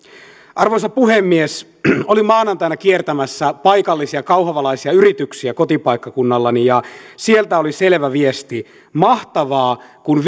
arvoisa puhemies olin maanantaina kiertämässä paikallisia kauhavalaisia yrityksiä kotipaikkakunnallani ja sieltä oli selvä viesti että mahtavaa kun